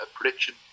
prediction